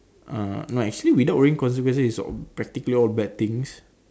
uh not actually without worrying consequences is practically all bad things